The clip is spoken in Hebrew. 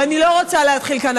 ואני לא רוצה להתחיל כאן,